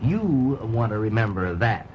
you want to remember that